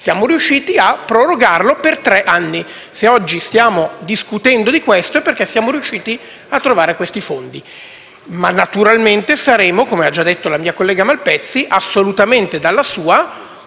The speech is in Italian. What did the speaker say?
Siamo riusciti a prorogarlo per tre anni. Se oggi stiamo discutendo di questo è perché siamo riusciti a trovare questi fondi e naturalmente saremo, come ha detto la collega Malpezzi, assolutamente dalla sua,